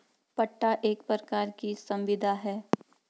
पट्टा एक प्रकार की संविदा है